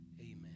Amen